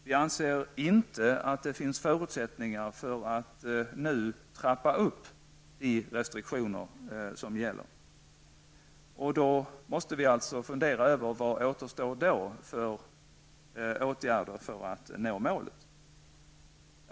Vi anser inte att det finns förutsättningar för att nu trappa upp de restriktioner som gäller. Vi måste då alltså fundera över vilka åtgärder som återstår att göra för att nå målet.